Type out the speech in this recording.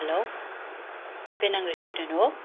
hello Penang restaurant हो